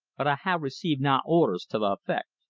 but i hae received na orders to that effect.